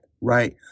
right